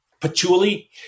patchouli